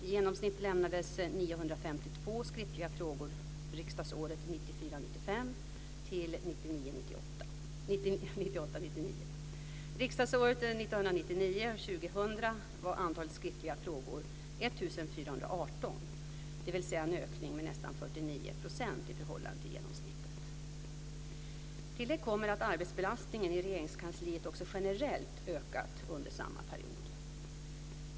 I genomsnitt lämnades 952 skriftliga frågor riksdagsåren Till det kommer att arbetsbelastningen i Regeringskansliet också generellt ökat under samma period.